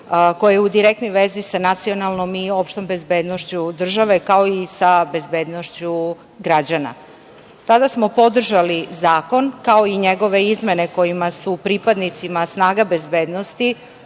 koje je u direktnoj vezi sa nacionalnom i opštom bezbednošću države, kao i sa bezbednošću građana. Tada smo podržali zakon, kao i njegove izmene kojima su pripadnicima snaga bezbednosti